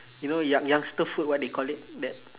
you know young~ youngster food what they call it that